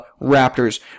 Raptors